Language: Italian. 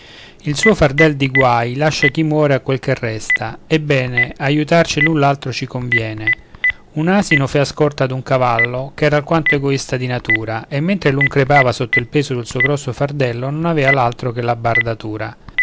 il suo fardel di guai lascia chi muore a quel che resta ebbene aiutarci l'un l'altro ci conviene un asino fea scorta ad un cavallo ch'era alquanto egoista di natura e mentre l'un crepava sotto il peso del suo grosso fardello non avea l'altro che la